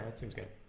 but seemsgood